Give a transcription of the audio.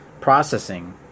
processing